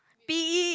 P_E